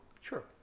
Sure